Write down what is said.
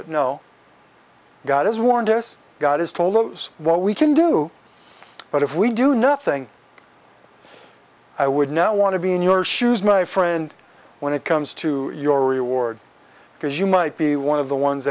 it no god has warned us god is told those what we can do but if we do nothing i would not want to be in your shoes my friend when it comes to your reward because you might be one of the ones